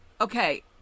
okay